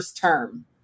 term